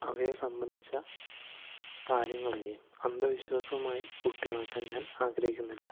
അവയെ സംബന്ധിച്ച കാര്യങ്ങളെയും അന്ധവിശ്വാസവുമായി കൂട്ടിയിണക്കാൻ ഞാൻ ആഗ്രഹിക്കുന്നില്ല